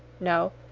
no,